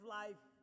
life